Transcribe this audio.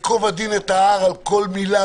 אתם מכירים,